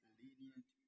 lenient